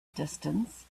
distance